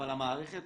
אבל המערכת